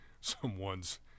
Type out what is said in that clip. someone's